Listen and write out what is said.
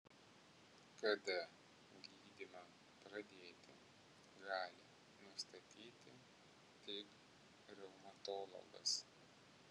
kada gydymą pradėti gali nustatyti tik reumatologas